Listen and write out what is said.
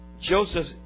Joseph